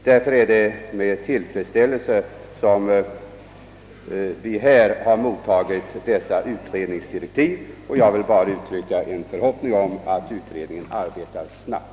Därför är det med tillfredsställelse som vi har fått del av dessa utredningsdirektiv, och jag vill bara uttrycka en förhoppning om att utredningen arbetar snabbt.